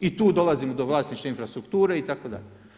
I tu dolazim do vlasništva infrastrukture itd.